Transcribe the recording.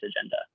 agenda